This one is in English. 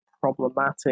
problematic